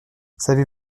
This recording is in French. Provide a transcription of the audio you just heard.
savez